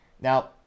Now